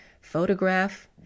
photograph